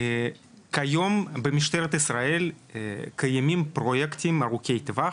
במשטרת ישראל קיימים פרויקטים ארוכי טווח,